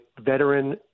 veteran